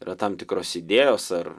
yra tam tikros idėjos ar